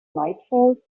nightfall